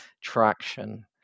traction